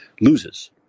loses